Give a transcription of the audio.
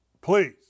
Please